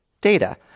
data